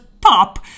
pop